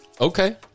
Okay